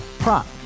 Prop